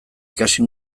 ikasi